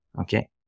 okay